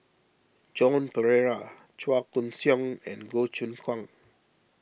Joan Pereira Chua Koon Siong and Goh Choon Kang